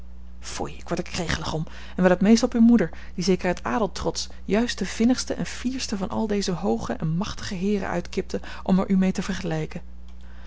foei ik word er krekelig om en wel het meest op uwe moeder die zeker uit adeltrots juist den vinnigsten en fiersten van al deze hooge en machtige heeren uitkipte om er u mee te vergelijken